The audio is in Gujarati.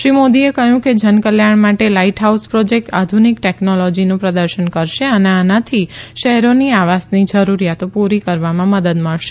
શ્રી મોદીએ કહ્યું કે જનકલ્યાણ માટે લાઈટહાઉસ પ્રોજેક્ટ આધુનિક ટેક્નોલોજીનું પ્રદર્શન કરશે અને આનાથી શહેરોની આવાસની જરૂરિયાતો પુરી કરવામાં મદદ મળશે